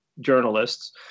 journalists